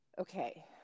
Okay